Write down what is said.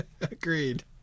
agreed